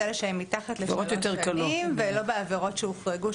זה אלה שהם מתחת לשלוש שנים ולא בעבירות שהוחרגו,